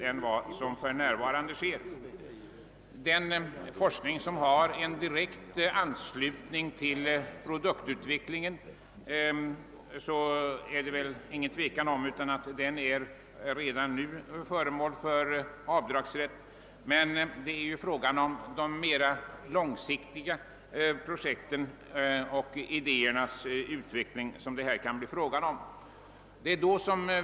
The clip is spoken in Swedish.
Beträffande kostnaderna för den forskning som har en direkt anknytning till produktutvecklingen föreligger otvivelaktigt redan nu avdragsrätt, men diskussionen gäller de mera långsiktiga projekten och idéutvecklingen i anslutning till dem.